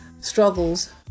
struggles